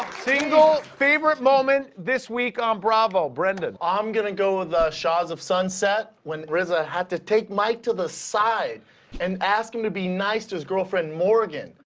single favorite moment this week on bravo, brendan? i'm gonna go with the shahs of sunset, when reza had to take mike to the side and ask him to be nice to his girlfriend, morgan.